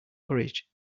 courage